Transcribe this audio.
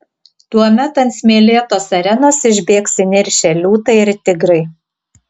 tuomet ant smėlėtos arenos išbėgs įniršę liūtai ir tigrai